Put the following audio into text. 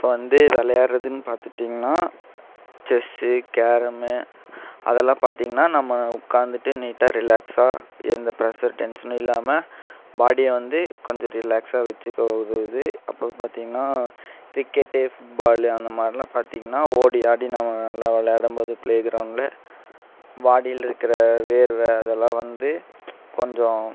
இப்போ வந்து விளையாட்டுறதுன்னு பார்த்துட்டிங்னா செஸ்ஸு கேரம்மு அதெல்லாம் பார்த்தீங்னா நம்ம உட்காந்துட்டு நீட்டாக ரிலாக்ஸாக எந்த பிரஸர் டென்ஷனும் இல்லாமல் பாடியை வந்து கொஞ்சம் ரிலாக்ஸாக வச்சிக்க உதவுது அப்புறம் பார்த்தீங்னா கிரிக்கெட்டு ஃபுட்பாலு அந்த மாதிர்லாம் பார்த்தீங்கன்னா ஓடி ஆடி நம்ம நல்லா விளையாடும் போது பிளே கிரௌண்டில் பாடியில் இருக்கிற வேர்வை அதெல்லாம் வந்து கொஞ்சம்